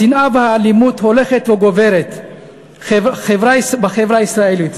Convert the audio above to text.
השנאה והאלימות הולכות וגוברות בחברה הישראלית.